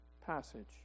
passage